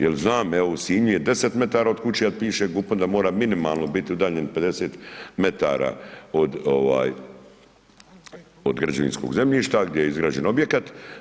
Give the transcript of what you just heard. Jel znam evo u Sinju je 10 metara od kuće, a piše GUP-om da mora minimalno biti udaljen 50 metara od ovaj građevinskog zemljišta gdje je izgrađen objekat.